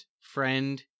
friend